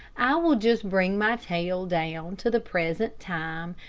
i will just bring my tale down to the present time,